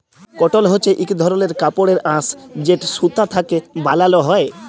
কটল হছে ইক ধরলের কাপড়ের আঁশ যেট সুতা থ্যাকে বালাল হ্যয়